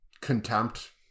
contempt